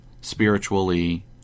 spiritually